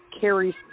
carries